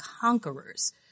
conquerors